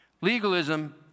Legalism